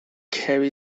carry